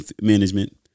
management